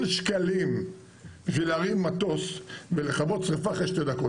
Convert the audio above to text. שקלים בשביל להרים מטוס ולכבות שריפה אחרי שתי דקות.